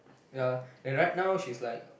ya and right now she's like